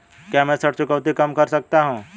क्या मैं ऋण चुकौती कम कर सकता हूँ?